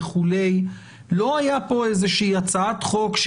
בהתחלה ועדת חוקה ואחר כך בוועדה המיוחדת,